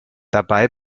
dabei